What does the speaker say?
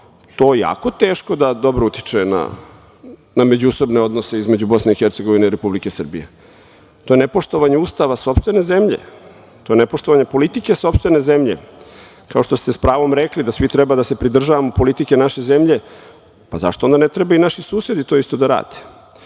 to jako teško da dobro utiče na međusobne odnose između BiH i Republike Srbije. To je nepoštovanje Ustava sopstvene zemlje, to je nepoštovanje politike sopstvene zemlje, kao što ste sa pravom rekli da svi treba da se pridržavamo politike naše zemlje. Pa zašto onda ne trebaju i naši susedi to isto da rade? Ja